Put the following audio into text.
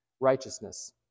righteousness